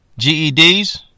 GEDs